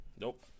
Nope